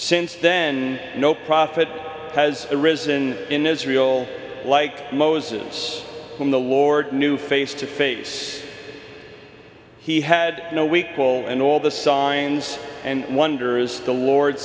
since then no prophet has risen in israel like moses whom the lord knew face to face he had no weak will and all the signs and wonders the lord